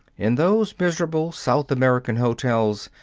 in those miserable south american hotels,